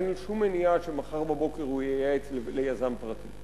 אין שום מניעה שמחר בבוקר הוא ייעץ ליזם פרטי.